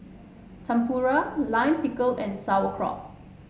Tempura Lime Pickle and Sauerkraut